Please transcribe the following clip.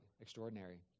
extraordinary